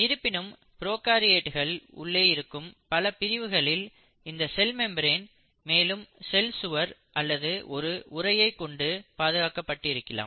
இருப்பினும் ப்ரோகாரியோட்கள் உள்ளே இருக்கும் பல பிரிவுகளில் இந்த செல் மெம்பிரென் மேலும் செல் சுவரை அல்லது ஒரு உறையை கொண்டு பாதுகாக்கப்பட்டிருக்கலாம்